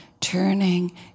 turning